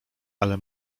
ale